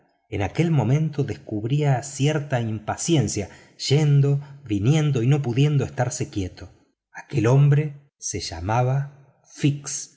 en aquel momento descubría cierta impaciencia yendo viniendo y no pudiendo estarse quieto aquel hombre se llamaba fix